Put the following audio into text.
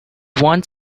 want